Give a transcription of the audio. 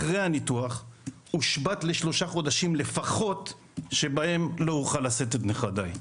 אחרי הניתוח אושבת לשלושה חודשים לפחות שבהם לא אוכל לשאת את נכדיי.